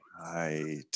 Right